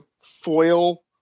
foil